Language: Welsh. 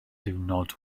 diwrnod